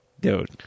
Dude